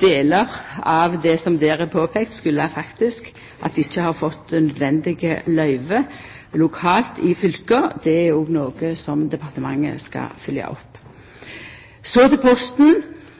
Delar av det som der er påpekt, kjem av at vi faktisk ikkje har fått det nødvendige løyvet lokalt i fylka. Det er òg noko som departementet skal følgja opp.